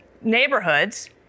neighborhoods